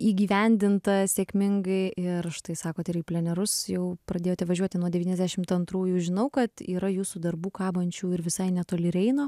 įgyvendinta sėkmingai ir štai sakot ir plenerus jau pradėjote važiuoti nuo devyniasdešimt antrųjų žinau kad yra jūsų darbų kabančių ir visai netoli reino